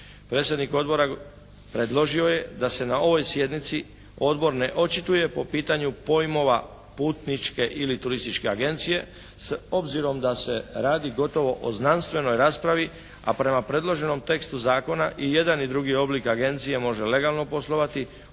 Predsjednik odbora predložio je da se na ovoj sjednici odbor ne očituje po pitanju pojmova putničke ili turističke agencije s obzirom da se radi gotovo o znanstvenoj raspravi a prema predloženom tekstu zakona i jedan i drugi oblik agencije može legalno poslovati. Odbor